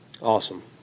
Awesome